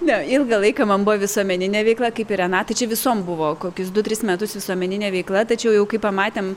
ne ilgą laiką man buvo visuomeninė veikla kaip ir renatai čia visom buvo kokius du tris metus visuomeninė veikla tačiau jau kai pamatėm